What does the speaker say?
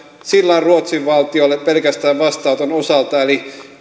on ruotsin valtiolle pelkästään vastaanoton osalta eli